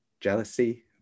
jealousy